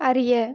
அறிய